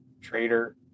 traitor